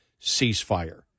ceasefire